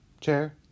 chair